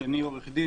שאני עורך דין,